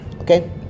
Okay